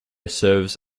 serves